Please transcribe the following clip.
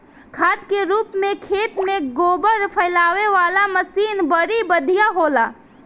खाद के रूप में खेत में गोबर फइलावे वाला मशीन बड़ी बढ़िया होला